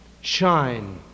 shine